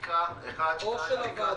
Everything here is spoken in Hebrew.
יש כבר דוח מבקר המדינה בעניין.